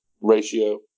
ratio